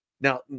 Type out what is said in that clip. Now